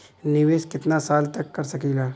निवेश कितना साल तक कर सकीला?